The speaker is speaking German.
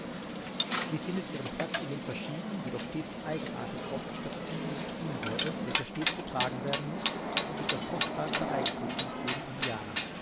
sie findet ihren platz in dem verschieden jedoch stets eigenartig ausgestatteten medizinbeutel welcher stets getragen werden muß und ist das kostbarste eigentum eines jeden indianers